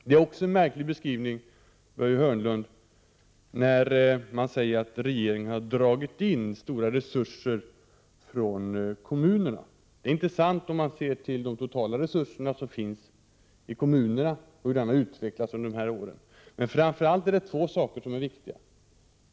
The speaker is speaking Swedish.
Det är också en märklig beskrivning som Börje Hörnlund gör när han säger att regeringen har dragit in stora resurser från kommunerna. Det är inte sant, om man ser till de totala resurserna och utvecklingen i kommunerna under åren. Framför allt är det två saker som är viktiga.